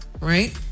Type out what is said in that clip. right